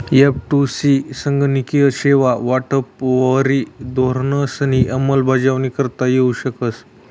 एफ.टु.सी संगणकीय सेवा वाटपवरी धोरणंसनी अंमलबजावणी करता येऊ शकस